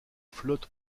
flotte